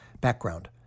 Background